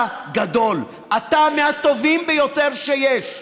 אתה גדול, אתה מהטובים ביותר שיש,